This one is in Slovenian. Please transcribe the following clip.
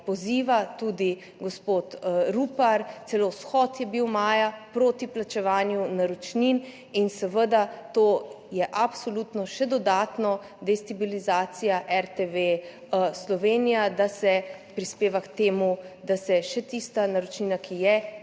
tudi gospod Rupar, celo shod je bil maja proti plačevanju naročnin, kar seveda absolutno še dodatno destabilizira RTV Slovenija in prispeva k temu, da se še tista naročnina, ki je,